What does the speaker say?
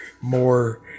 more